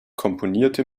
komponierte